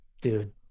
dude